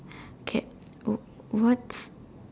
K what what's